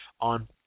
on